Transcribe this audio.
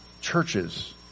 churches